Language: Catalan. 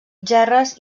gerres